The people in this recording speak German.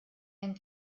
ein